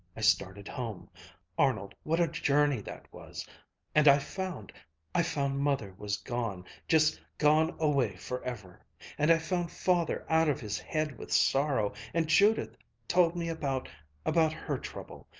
i started home arnold, what a journey that was and i found i found mother was gone, just gone away forever and i found father out of his head with sorrow and judith told me about about her trouble.